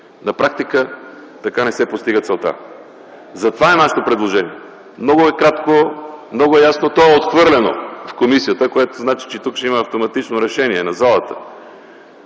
На практика така не се постига целта. Такова е нашето предложение, много ясно и кратко. То е отхвърлено в комисията, което означава, че тук ще има автоматично решение на залата.